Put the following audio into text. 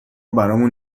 برامون